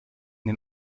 den